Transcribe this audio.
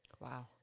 Wow